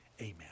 Amen